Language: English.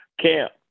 camp